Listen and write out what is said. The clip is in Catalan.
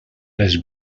les